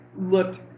looked